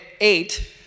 eight